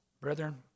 Brethren